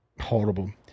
horrible